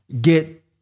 get